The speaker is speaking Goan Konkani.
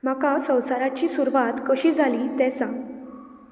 म्हाका संवसाराची सुरवात कशी जाली तें सांग